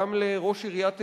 גם לראש עיריית תל-אביב,